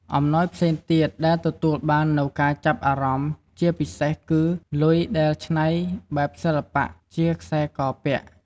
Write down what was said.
អំណោយផ្សេងទៀតដែលទទួលបាននូវការចាប់អារម្មណ៍ជាពិសេសគឺ លុយដែលឆ្នៃបែបសិល្បៈជាខ្សែកពាក់។